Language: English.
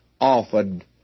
offered